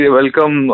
welcome